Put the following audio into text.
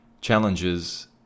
challenges